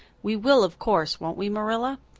we will, of course, won't we marilla?